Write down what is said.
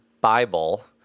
Bible